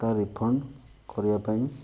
ତା ରିଫଣ୍ଡ୍ କରିବାପାଇଁ